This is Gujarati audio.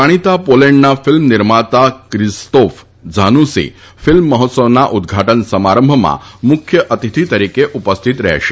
જાણીતા પોલેન્ડના ફિલ્મ નિર્માતા ક્રીઝસ્તોફ ઝાનુસી ફિલ્મ મહોત્સવના ઉદઘાટન સમારંભમાં મુખ્ય અતિથિ તરીકે ઉપસ્થિત રહેશે